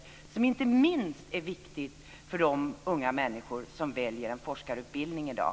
Det är inte minst viktigt för de unga människor som väljer en forskarutbildning i dag.